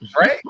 right